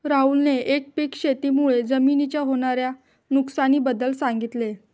राहुलने एकपीक शेती मुळे जमिनीच्या होणार्या नुकसानी बद्दल सांगितले